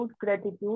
gratitude